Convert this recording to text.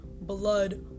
blood